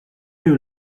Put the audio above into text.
you